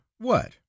What